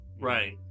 Right